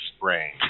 brain